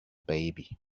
baby